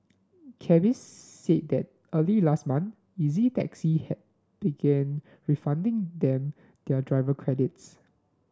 Cabbies said that early last month Easy Taxi had began refunding them their driver credits